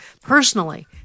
personally